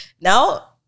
Now